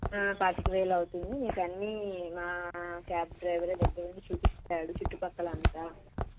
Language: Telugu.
పాతిక వేలు అవుతుంది మీకు అన్నీ మా క్యాబ్ డ్రైవరే దగ్గర ఉండి చూపిస్తాడు చుట్టుపక్కలు అంతా